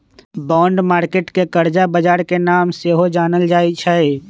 bond market के करजा बजार के नाम से सेहो जानल जाइ छइ